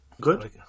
Good